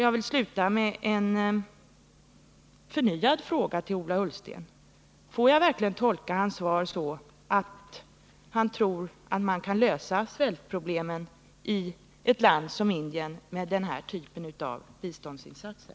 Jag vill sluta med en förnyad fråga till Ola Ullsten: Får jag verkligen tolka svaret så, att Ola Ullsten tror att man kan lösa svältproblemen i ett land som Indien med den här typen av biståndsinsatser?